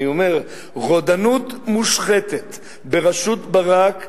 רודנות מושחתת בראשות ברק.